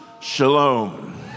shalom